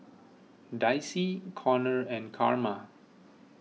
Dicy Konnor and Carma